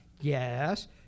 Yes